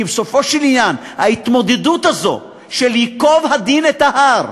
כי בסופו של עניין ההתמודדות הזאת של ייקוב הדין את ההר,